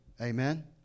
Amen